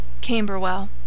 Camberwell